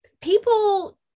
people